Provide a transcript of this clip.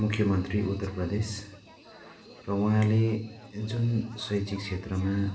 मुख्य मन्त्री उत्तर प्रदेश र उहाँले जुन शैक्षिक क्षेत्रमा